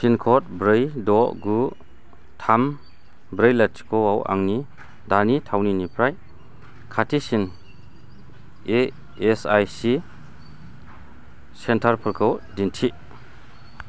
पिनक'ड ब्रै द' गु थाम ब्रै लाथिख' आव आंनि दानि थावनिनिफ्राय खाथिसिन इएसआइसि सेन्टारफोरखौ दिन्थि